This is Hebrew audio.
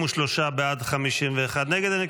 63 בעד, 51 נגד, אין נמנעים.